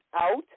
out